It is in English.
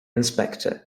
inspector